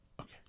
Okay